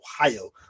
Ohio